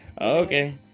Okay